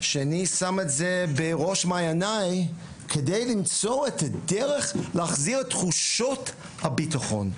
שאני שם את זה בראש מעייניי כדי למצוא את הדרך להחזיר את תחושת הבטחון.